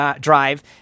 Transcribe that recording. drive